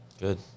Good